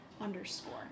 underscore